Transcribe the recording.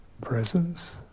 presence